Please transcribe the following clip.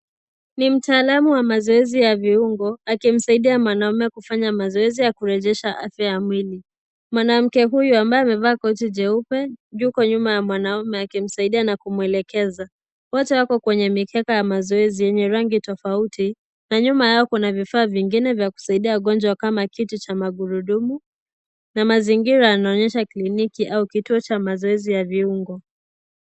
Ni mtaalamu wa mazoezi ya viungo akimsaidia mwanaume kufanya mazoezi ya kurejesha afya ya mwili. Mwanamke huyu ambaye amevaa koti jeupe yuko nyuma ya mwanaume akimsaidia na kumwelekeza. Wote wako kweye mikeka ya mazoezi yenye rangi tofauti na nyuma yao kuna vifaa vingine vya kusaidia wagonjwa kama kiti cha magurudumu na mazingira yanaonyesha kliniki au kituo cha mazoezi ya viungo.